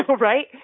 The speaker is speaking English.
right